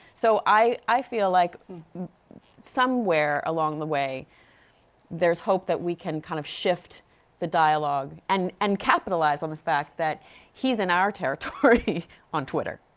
so i feel like somewhere along the way there's hope we can kind of shift the dialogue and and capitalize on the fact that he's in our territory on twitter.